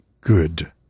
good